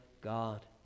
God